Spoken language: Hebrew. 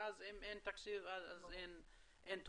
אבל אם אין תקציב אז אין תוכניות.